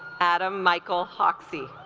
adam michael hoxie